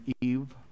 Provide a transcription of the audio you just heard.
Eve